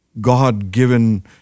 God-given